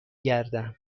گردم